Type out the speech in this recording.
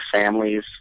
families